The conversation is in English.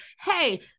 Hey